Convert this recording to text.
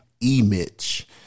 E-Mitch